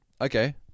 Okay